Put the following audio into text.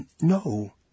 No